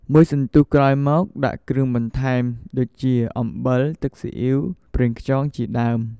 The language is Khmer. មួយសន្ទុះក្រោយមក ដាក់គ្រឿងបន្ថែមដូចជា អំបិល ទឹកស៊ីអ៊ីវប្រេងខ្យងជាដើម។